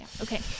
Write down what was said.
Okay